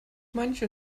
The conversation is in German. manche